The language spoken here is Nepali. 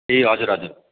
ए हजुर हजुर